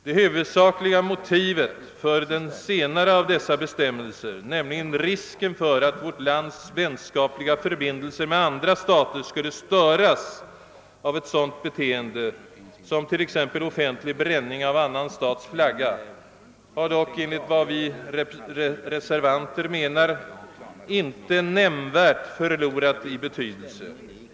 Det huvudsakliga motivet för den senare av dessa bestämmelser, nämligen risken för att vårt lands vänskapliga förbindelser med andra stater skulle störas av ett sådant beteende som t.ex. bränning av annan stats flagga, har dock enligt vad vi reservanter menar inte nämnvärt förlorat i betydelse.